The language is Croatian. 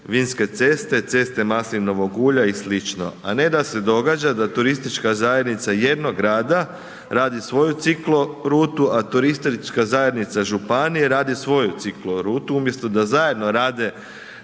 vinske ceste, ceste maslinovog ulja i slično a ne da se događa da turistička zajednica jednog grada radi svoju ciklo rutu a turistička zajednica županije radi svoju ciklo rutu, umjesto da zajedno rade